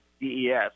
DES